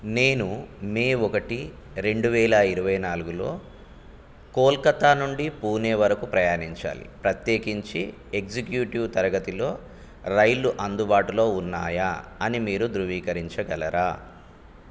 నేను మే ఒకటి రెండు వేల ఇరవై నాలుగులో కోల్కత్తా నుండి పూణే వరకు ప్రయాణించాలి ప్రత్యేకించి ఎగ్జిక్యూటివ్ తరగతిలో రైళ్ళు అందుబాటులో ఉన్నాయా అని మీరు ధృవీకరించగలరా